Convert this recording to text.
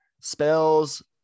spells